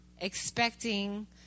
expecting